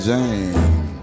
Jane